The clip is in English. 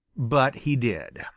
but he did.